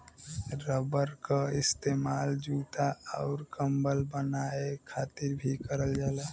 rubber क इस्तेमाल जूता आउर कम्बल बनाये खातिर भी करल जाला